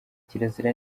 kirazira